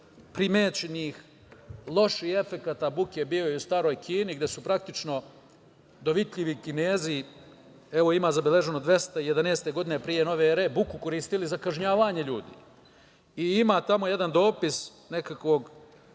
primećenih loših efekata buke bio je u staroj Kini gde su praktično dovitljivi Kinezi, evo ima zabeleženo 211. godine p.n.e. buku koristili za kažnjavanje ljudi. Ima jedan dopis nekog